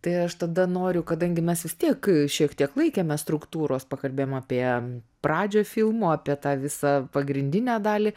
tai aš tada noriu kadangi mes vis tiek šiek tiek laikėmės struktūros pakalbėjom apie pradžią filmo apie tą visą pagrindinę dalį